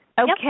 Okay